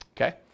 okay